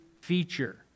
feature